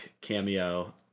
cameo